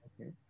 okay